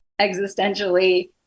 existentially